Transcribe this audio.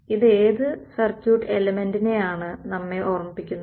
ഇത് ഏത് സർക്യൂട്ട് എലെമെൻ്റിനെയാണ് നമ്മെ ഓർമ്മിപ്പിക്കുന്നത്